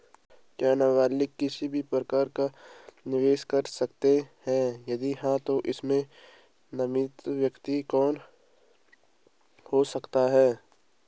क्या नबालिग किसी भी प्रकार का निवेश कर सकते हैं यदि हाँ तो इसमें नामित व्यक्ति कौन हो सकता हैं?